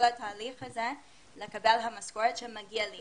התהליך זה כדי לקבל את המשכורת שמגיעה לי,